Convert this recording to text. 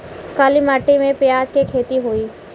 काली माटी में प्याज के खेती होई?